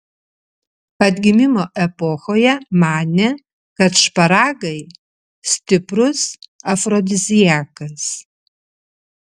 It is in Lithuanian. atgimimo epochoje manė kad šparagai stiprus afrodiziakas